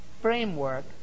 framework